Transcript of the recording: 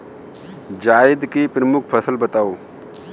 जायद की प्रमुख फसल बताओ